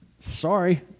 Sorry